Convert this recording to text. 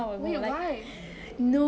wait why